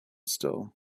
still